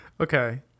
okay